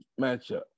matchup